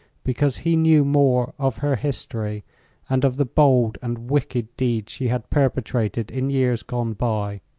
because he knew more of her history and of the bold and wicked deeds she had perpetrated in years gone by.